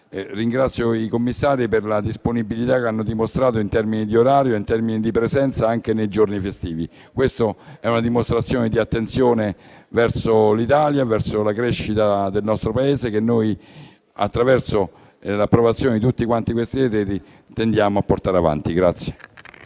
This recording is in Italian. ringrazio i Commissari per la disponibilità che hanno dimostrato, in termini di orario e di presenza, anche nei giorni festivi. Questa è una dimostrazione di attenzione verso l'Italia, verso la crescita del nostro Paese, che noi, attraverso l'approvazione di provvedimenti come quello di oggi tendiamo a portare avanti.